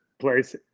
place